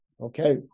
Okay